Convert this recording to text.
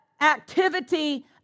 activity